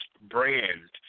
Brand